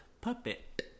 Puppet